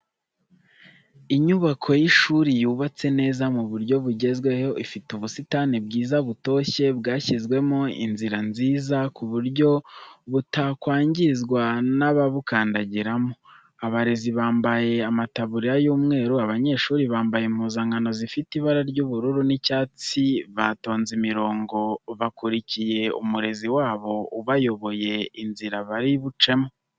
Inyubako y'ishuri yubatse neza mu buryo bugezweho ifite ubusitani bwiza butoshye bwashyizwemo inzira nziza ku buryo butakwangizwa n'ababukandagiramo, abarezi bamabaye amataburiya y'umweru, abanyeshuri bambaye impuzankano zifite ibara ry'ubururu n'icyatsi batonze imirongo bakurikiye umurezi wabo ubayoboye inzira bari bucemo.